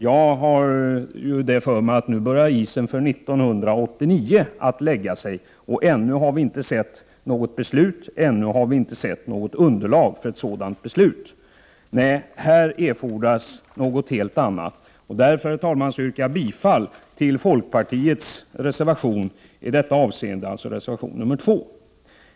Jag har för mig att nu börjar isen för 1989 att lägga sig, och ännu har vi inte sett något beslut eller ens något underlag för beslut. Nej, här erfordras något helt annat. Därför yrkar jag bifall till folkpartiets reservation nr 2.